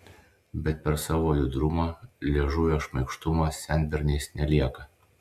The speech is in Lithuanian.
bet per savo judrumą liežuvio šmaikštumą senberniais nelieka